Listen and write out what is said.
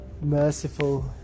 merciful